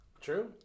true